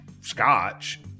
scotch